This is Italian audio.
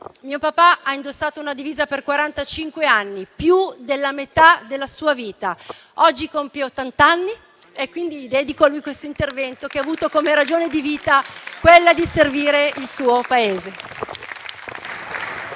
mio papà ha indossato una divisa per quarantacinque anni, più della metà della sua vita. Oggi compie ottant'anni e quindi dedico questo intervento a lui, che ha avuto come ragione di vita quella di servire il suo Paese.